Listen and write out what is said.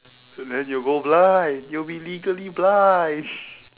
and then you'll go blind you'll be legally blind